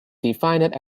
defined